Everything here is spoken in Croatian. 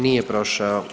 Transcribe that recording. Nije prošao.